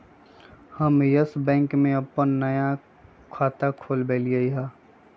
हम Yes Bank में अप्पन नया खाता खोलबईलि ह